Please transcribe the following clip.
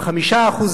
5%,